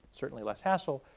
certainly less hassle.